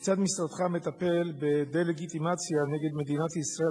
כיצד משרדך מטפל בדה-לגיטימציה של מדינת ישראל